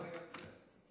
לא יוצא.